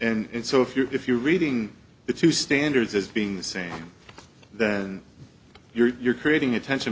and so if you if you're reading it to standards as being the same then you're creating a tension